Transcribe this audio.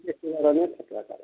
ବେଶୀ ବଡ଼ ନୁହେଁ ଛୋଟିଆ ଫାର୍ମ